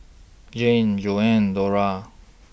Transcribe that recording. Jeanie Joanna Dora